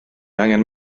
angen